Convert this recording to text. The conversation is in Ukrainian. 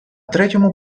третьому